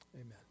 amen